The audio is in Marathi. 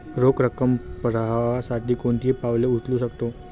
रोख रकम प्रवाहासाठी कोणती पावले उचलू शकतो?